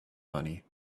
money